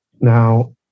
now